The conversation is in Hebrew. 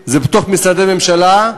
הם בתוך משרדי ממשלה,